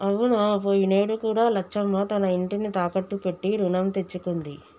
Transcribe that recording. అవునా పోయినేడు కూడా లచ్చమ్మ తన ఇంటిని తాకట్టు పెట్టి రుణం తెచ్చుకుంది